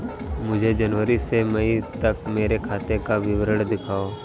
मुझे जनवरी से मई तक मेरे खाते का विवरण दिखाओ?